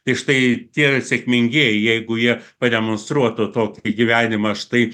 tai štai tie sėkmingieji jeigu jie pademonstruotų to į gyvenimą štai